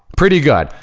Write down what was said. pretty good.